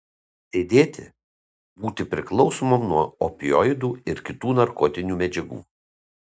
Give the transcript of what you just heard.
sėdėti būti priklausomam nuo opioidų ar kitų narkotinių medžiagų